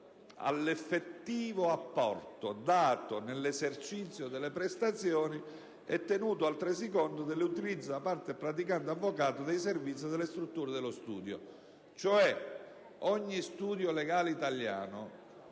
«all'effettivo apporto dato nell'esercizio delle prestazioni e tenuto altresì conto dell'utilizzo da parte del praticante avvocato dei servizi e delle strutture dello studio». Ogni studio legale italiano,